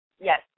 Yes